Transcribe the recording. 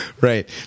Right